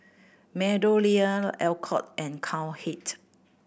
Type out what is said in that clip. MeadowLea Alcott and Cowhead